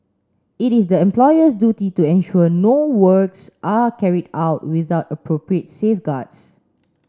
it is the employer's duty to ensure no works are carried out without appropriate safeguards